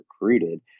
recruited